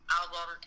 album